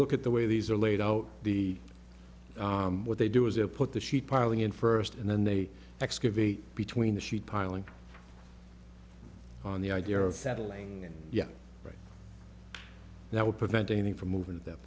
look at the way these are laid out the what they do is they put the sheet piling in first and then they excavate between the sheet piling on the idea of settling yeah right that would prevent anything from moving at that